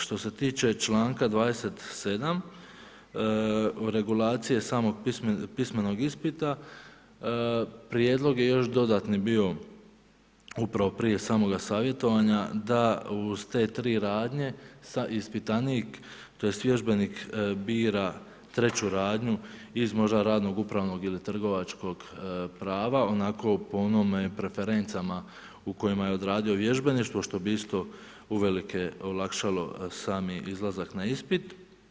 Što se tiče čl. 27. regulacije samog pismenog ispita, prijedlog je još dodatni bio upravo prije samoga savjetovanja, da s te tri radnje, ispitanik, tj. vježbenik bira treću radnju, iz možda, radno, upravnog ili trgovačkog prava, onako po onome, preferencama, u kojima je odradio vježbeništvo, što bi isto uvelike olakšalo sami izlazak na ispit.